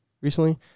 recently